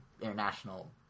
international